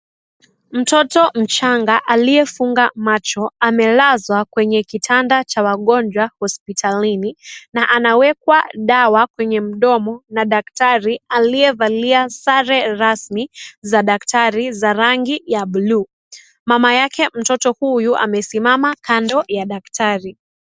Mtoto mchanga aliyefunga macho amelazwa kwenye kitanda cha wagonjwa hospitalini na anawekwa dawa kwenye mdomo na daktari aliyevalaia sare rasmi za daktari za rangi ya bluu. Mama yake mtoto huyu amesimama kando ya daktari.